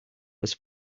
was